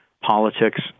politics